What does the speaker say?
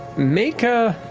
make a,